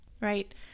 Right